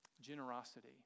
Generosity